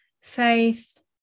faith